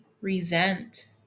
resent